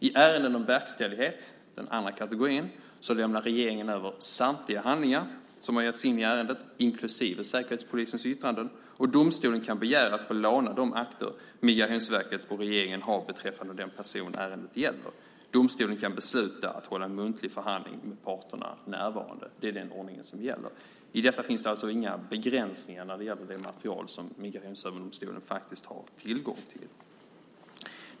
I ärenden om verkställighet - den andra kategorin - lämnar regeringen över samtliga handlingar som har getts in i ärendet inklusive Säkerhetspolisens yttranden. Domstolen kan begära att få låna de akter som Migrationsverket och regeringen har beträffande den person som ärendet gäller. Domstolen kan besluta att hålla en muntlig förhandling med parterna närvarande. Det är den ordning som gäller. I detta finns alltså inga begränsningar när det gäller det material som Migrationsöverdomstolen faktiskt har tillgång till.